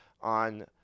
on